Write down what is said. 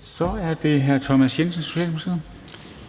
Så er det hr. Thomas Jensen, Socialdemokratiet.